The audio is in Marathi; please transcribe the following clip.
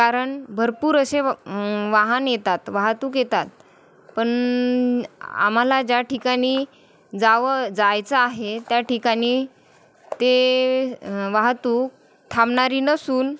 कारण भरपूर असे वाहन येतात वाहतूक येतात पण आम्हाला ज्या ठिकाणी जावं जायचं आहे त्या ठिकाणी ते वाहतूक थांबणारी नसून